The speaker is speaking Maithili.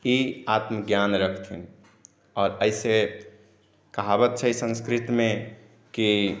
ई आत्मज्ञान रखथिन आओर एहिसँ कहावत छै संस्कृतमे कि